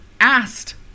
asked